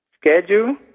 schedule